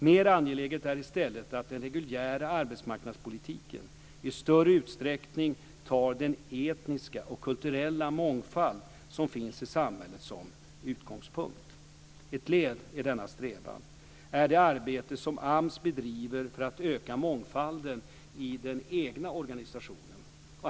Mer angeläget är i stället att den reguljära arbetsmarknadspolitiken i större utsträckning tar den etniska och kulturella mångfald som finns i samhället som utgångspunkt. Ett led i denna strävan är det arbete som AMS bedriver för att öka mångfalden i den egna organisationen.